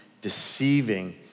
deceiving